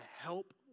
help